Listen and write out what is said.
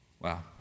Wow